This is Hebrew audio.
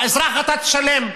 האזרח, אתה תשלם.